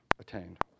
attained